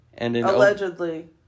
Allegedly